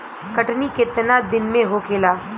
कटनी केतना दिन में होखेला?